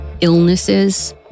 illnesses